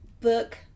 book